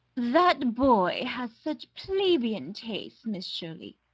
that boy has such plebeian tastes, miss shirley.